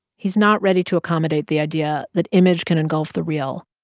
he's not ready to accommodate the idea that image can engulf the real.